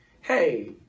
hey